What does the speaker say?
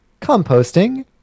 Composting